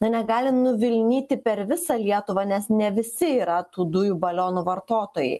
ne negali nuvilnyti per visą lietuvą nes ne visi yra tų dujų balionų vartotojai